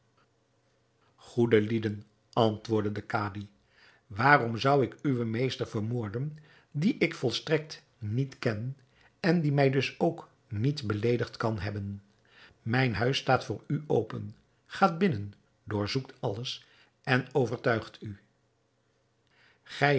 goede lieden antwoordde de kadi waarom zou ik uwen meester vermoorden dien ik volstrekt niet ken en die mij dus ook niet beleedigd kan hebben mijn huis staat voor u open gaat binnen doorzoekt alles en overtuigt u gij